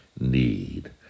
need